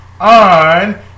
on